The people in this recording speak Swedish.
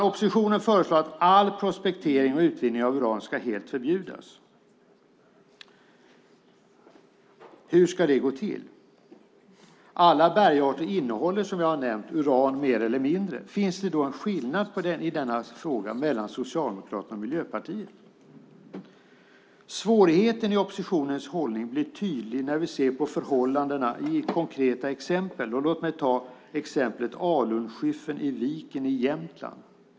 Oppositionen föreslår att all prospektering och utvinning av uran helt ska förbjudas. Hur ska det gå till? Alla bergarter innehåller, som jag har nämnt, mer eller mindre uran. Finns det då en skillnad i denna fråga mellan Socialdemokraterna och Miljöpartiet? Svårigheten i oppositionens hållning blir tydlig när vi ser på förhållandena i konkreta exempel. Låt mig ta exemplet alunskiffern i Viken i Jämtland.